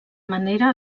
manera